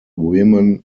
women